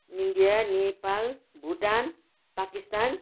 India Nepal Bhutan Pakistan